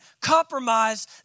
compromise